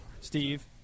Steve